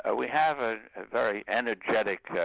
ah we have a very energetic